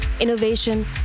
innovation